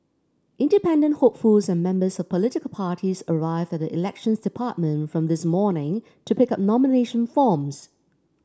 independent hopefuls and members of political parties arrived at the Elections Department from this morning to pick up nomination forms